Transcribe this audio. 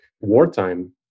wartime